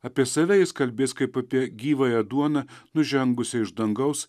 apie save jis kalbės kaip apie gyvąją duoną nužengusią iš dangaus